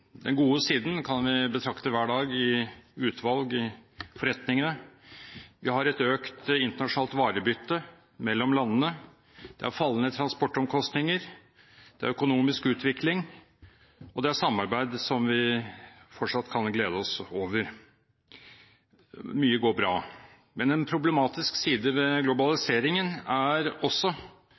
Den gode siden kan vi betrakte hver dag i utvalg i forretningene. Vi har et økt internasjonalt varebytte mellom landene. Vi har fallende transportomkostninger og økonomisk utvikling, og det er samarbeid som vi fortsatt kan glede oss over. Mye går bra. Men en problematisk side ved globaliseringen er også